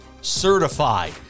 Certified